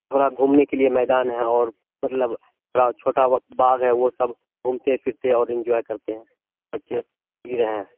تھوڑا گھومنے کے لیے میدان ہے اور مطلب تھوڑا چھوٹا باغ ہے وہ سب گھومتے پھرتے اور انجوائے کرتے ہیں بچے جی رہے ہیں